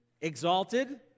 exalted